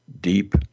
deep